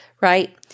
right